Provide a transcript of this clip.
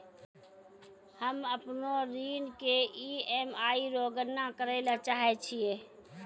हम्म अपनो ऋण के ई.एम.आई रो गणना करैलै चाहै छियै